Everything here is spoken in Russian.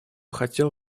хотел